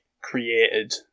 created